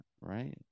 right